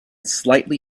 slightly